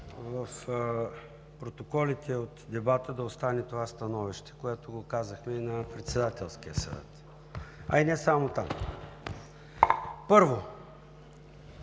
в протоколите от дебата да остане това становище, което го казахме и на Председателския съвет, а и не само там. Първо,